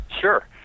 Sure